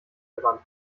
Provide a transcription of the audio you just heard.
gerannt